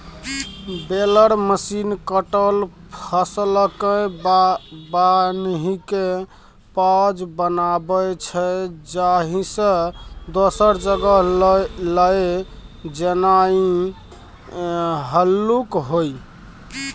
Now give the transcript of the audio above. baler machine कटल फसलकेँ बान्हिकेँ पॉज बनाबै छै जाहिसँ दोसर जगह लए जेनाइ हल्लुक होइ